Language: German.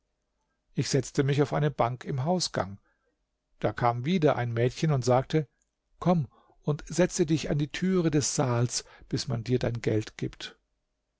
ich setzte mich auf eine bank im hausgang da kam wieder ein mädchen und sagte komm und setze dich an die türe des saals bis man dir dein geld gibt